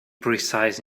precise